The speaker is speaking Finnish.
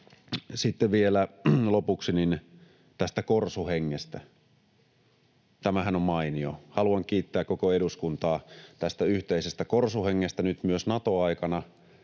Vielä lopuksi tästä korsuhengestä: Tämähän on mainio. Haluan kiittää koko eduskuntaa tästä yhteisestä korsuhengestä myös nyt Nato-aikana,